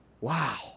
wow